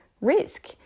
risk